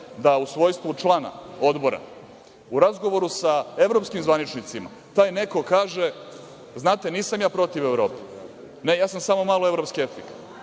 da u svojstvu člana odbora, u razgovoru sa evropskim zvaničnicima, taj neko kaže – znate, nisam ja protiv Evrope, ne, ja sam samo malo evroskeptik,